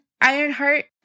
Ironheart